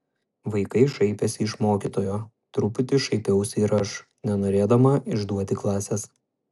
vaikai šaipėsi iš mokytojo truputį šaipiausi ir aš nenorėdama išduoti klasės